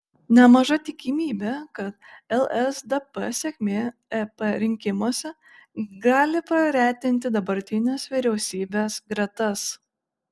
nemaža tikimybė kad lsdp sėkmė ep rinkimuose gali praretinti dabartinės vyriausybės gretas